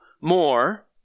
more